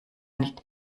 nicht